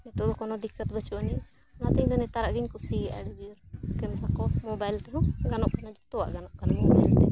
ᱱᱤᱛᱳᱜ ᱫᱚ ᱠᱚᱱᱚ ᱫᱤᱠᱠᱷᱚᱛ ᱵᱟᱹᱱᱩᱜ ᱟᱹᱱᱤᱡ ᱚᱱᱟᱛᱮ ᱤᱧᱫᱚ ᱱᱮᱛᱟᱨᱟᱜ ᱜᱤᱧ ᱠᱩᱥᱤᱭᱟᱜᱼᱟ ᱟᱹᱰᱤ ᱡᱳᱨ ᱠᱮᱢᱮᱨᱟ ᱠᱚ ᱢᱳᱵᱟᱭᱤᱞ ᱛᱮᱦᱚᱸ ᱜᱟᱱᱚᱜ ᱠᱟᱱᱟ ᱡᱷᱚᱛᱚᱣᱟᱜ ᱜᱟᱱᱚᱜ ᱠᱟᱱᱟ ᱢᱳᱵᱟᱭᱤᱞ ᱛᱮ